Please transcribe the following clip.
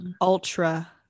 Ultra